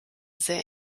sehr